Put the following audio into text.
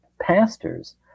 Pastors